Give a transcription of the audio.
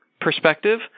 perspective